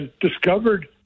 discovered